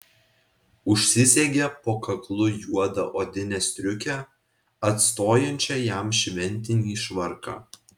užsisegė po kaklu juodą odinę striukę atstojančią jam šventinį švarką